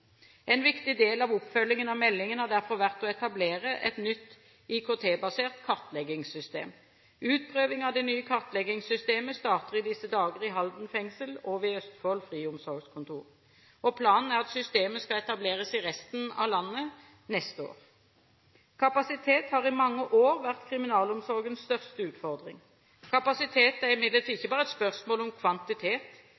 En viktig del av oppfølgingen av meldingen har derfor vært å etablere et nytt IKT-basert kartleggingssystem. Utprøving av det nye kartleggingssystemet starter i disse dager i Halden fengsel og ved Østfold friomsorgskontor. Planen er at systemet skal etableres i resten av landet neste år. Kapasitet har i mange år vært kriminalomsorgens største utfordring. Kapasitet er imidlertid